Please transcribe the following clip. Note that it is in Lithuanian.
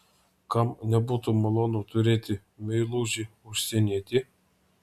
kam nebūtų malonu turėti meilužį užsienietį